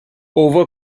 over